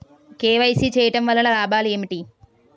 KYC చేయటం వలన లాభాలు ఏమిటి?